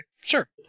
Sure